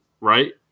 right